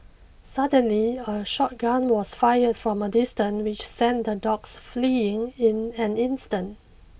suddenly a shot gun was fired from a distance which sent the dogs fleeing in an instant